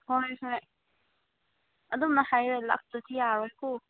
ꯍꯣꯏ ꯍꯣꯏ ꯑꯗꯨꯝꯅ ꯍꯥꯏꯔ ꯂꯥꯛꯇ꯭ꯔꯥꯗꯤ ꯌꯥꯔꯣꯏꯀꯣ